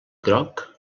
groc